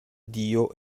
dio